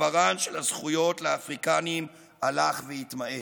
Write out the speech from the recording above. מספרן של הזכויות לאפריקנים הלך והתמעט.